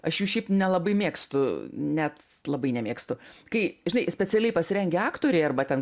aš jų šiaip nelabai mėgstu net labai nemėgstu kai žinai specialiai pasirengę aktoriai arba ten